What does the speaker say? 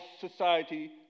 society